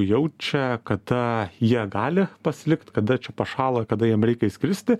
jaučia kada jie gali pasilikt kada pašąla kada jam reikia išskristi